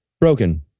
broken